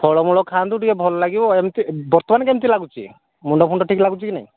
ଫଳମୂଳ ଖାଆନ୍ତୁ ଟିକେ ଭଲ ଲାଗିବ ଏମିତି ବର୍ତ୍ତମାନ କେମିତି ଲାଗୁଛି ମୁଣ୍ଡ ଫୁଣ୍ଡ ଠିକ୍ ଲାଗୁଛି କି ନାହିଁ